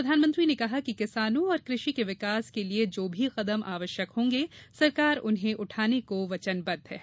प्रधानमंत्री ने कहा कि किसानों और कृषि के विकास के लिए जो भी कदम आवश्यक होंगे सरकार उन्हें उठाने को वचनबद्ध है